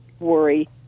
Worry